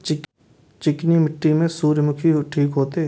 चिकनी मिट्टी में सूर्यमुखी ठीक होते?